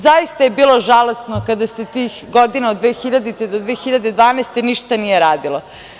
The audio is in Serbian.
Zaista je bilo žalosno kada se tih godina od 2000. do 2012. godine ništa nije radilo.